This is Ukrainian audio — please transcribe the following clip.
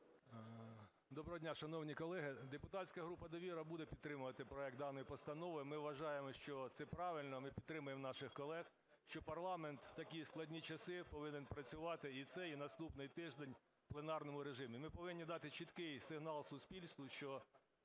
Доброго дня, шановні колеги! Депутатська група "Довіра" буде підтримувати проект даної постанови. Ми вважаємо, що це правильно, ми підтримаємо наших колег, що парламент в такі складні часи повинен працювати і цей, і наступний тиждень в пленарному режимі. Ми повинні дати чіткий сигнал суспільству, що